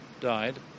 died